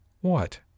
What